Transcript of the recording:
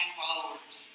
followers